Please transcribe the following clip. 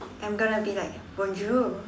I'm gonna be like bonjour